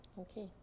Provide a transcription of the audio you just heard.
Okay